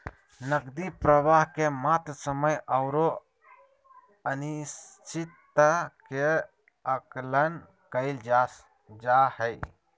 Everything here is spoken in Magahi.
नकदी प्रवाह के मात्रा, समय औरो अनिश्चितता के आकलन कइल जा हइ